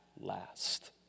last